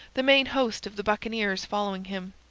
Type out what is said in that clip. the main host of the buccaneers following him,